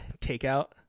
takeout